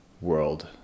world